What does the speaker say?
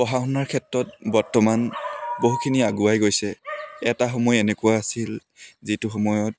পঢ়া শুনাৰ ক্ষেত্ৰত বৰ্তমান বহুখিনি আগুৱাই গৈছে এটা সময় এনেকুৱা আছিল যিটো সময়ত